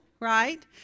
right